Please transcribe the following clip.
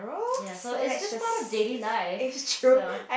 ya so it's just part of daily life so